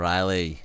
Riley